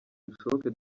bishoboke